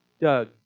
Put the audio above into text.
Doug